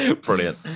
Brilliant